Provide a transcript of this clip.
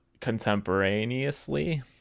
contemporaneously